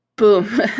boom